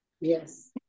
Yes